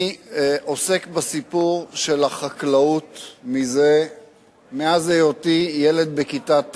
אני עוסק בסיפור של החקלאות מאז היותי ילד בכיתה ט'.